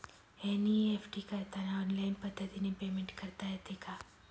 NEFT करताना online पद्धतीने payment करता येते का?